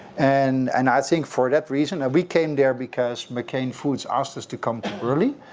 and and i think for that reason that we came there because mccain foods asked us to come to burley,